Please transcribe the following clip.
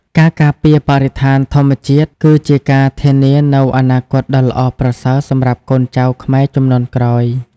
ការការពារបរិស្ថានធម្មជាតិ គឺជាការធានានូវអនាគតដ៏ល្អប្រសើរសម្រាប់កូនចៅខ្មែរជំនាន់ក្រោយ។